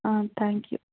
ah thank you